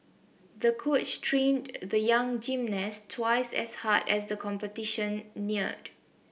the coach trained the young gymnast twice as hard as the competition neared